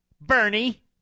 Bernie